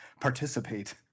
participate